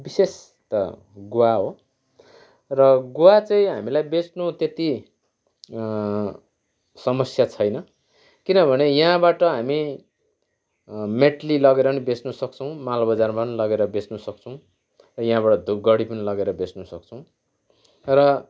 विशेष त गुवा हो र गुवा चाहिँ हामीलाई बेच्नु त्यति समस्या छैन किनभने यहाँबाट हामी मेटली लगेर पनि बेच्नुसक्छौँ माल बजारमा पनि लगेर बेच्नसक्छौँ यहाँबाट धुपगढी पनि लगेर बेच्नसक्छौँ र